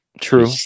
true